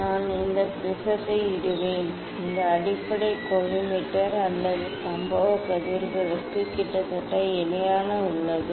நான் இந்த ப்ரிஸத்தை இடுவேன் இந்த அடிப்படை கோலிமேட்டர் அல்லது சம்பவ கதிர்களுக்கு கிட்டத்தட்ட இணையாக உள்ளது